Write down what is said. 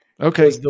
Okay